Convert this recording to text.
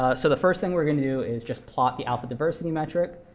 ah so the first thing we're going to do is just plot the alpha diversity metric.